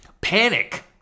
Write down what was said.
Panic